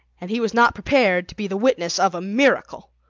and he was not prepared to be the witness of a miracle.